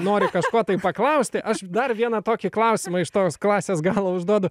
nori kažko tai paklausti aš dar vieną tokį klausimą iš tos klasės galo užduodu